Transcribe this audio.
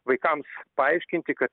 vaikams paaiškinti kad